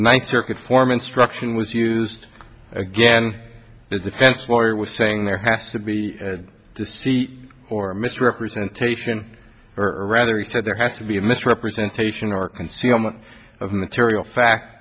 ninth circuit form instruction was used again the defense lawyer was saying there has to be to see or misrepresentation are rather he said there has to be a misrepresentation or concealment of material fact